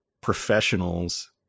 professionals